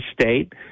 state